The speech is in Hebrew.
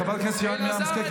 חברת הכנסת שרן השכל,